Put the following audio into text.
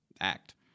act